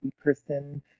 person